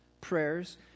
prayers